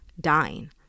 dying